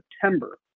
September